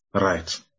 Right